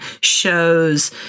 shows